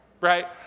right